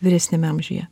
vyresniam amžiuje